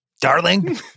darling